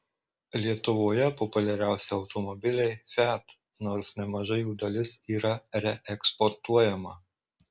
lietuvoje populiariausi automobiliai fiat nors nemaža jų dalis yra reeksportuojama